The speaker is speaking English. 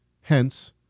Hence